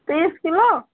तीस किलो